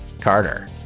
Carter